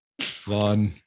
Fun